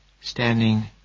standing